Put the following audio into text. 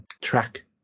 track